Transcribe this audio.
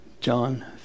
John